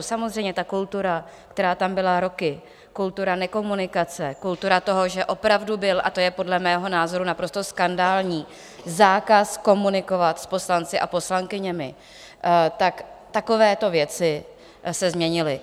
Samozřejmě ta kultura, která tam byla roky, kultura nekomunikace, kultura toho, že opravdu byl a to je podle mého názoru naprosto skandální zákaz komunikovat s poslanci a poslankyněmi, tak takovéto věci se změnily.